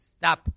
stop